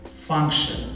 function